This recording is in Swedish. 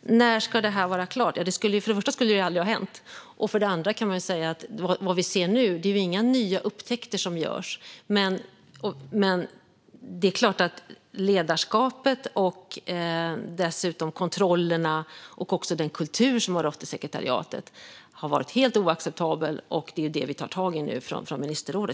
När ska det här vara klart? Ja, för det första skulle det ju aldrig ha hänt. För det andra är det vad vi ser inga nya upptäckter som görs, men det är klart att ledarskapet, kontrollerna och den kultur som har rått i sekretariatet har varit helt oacceptabla. Det är det vi tar tag i nu från ministerrådet.